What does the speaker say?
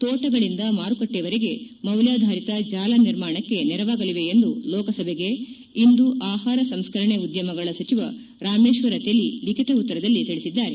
ತೋಟಗಳಂದ ಮಾರುಕಟ್ಲೆವರೆಗೆ ಮೌಲ್ಲಾಧಾರಿತ ಜಾಲ ನಿರ್ಮಾಣಕ್ಕೆ ನೆರವಾಗಲಿವೆ ಎಂದು ಲೋಕಸಭೆಗೆ ಇಂದು ಆಹಾರ ಸಂಸ್ತರಣೆ ಉದ್ಲಮಗಳ ಸಚಿವ ರಾಮೇಶ್ವರ ತೆಲಿ ಲಿಖಿತ ಉತ್ತರದಲ್ಲಿ ತಿಳಿಸಿದ್ದಾರೆ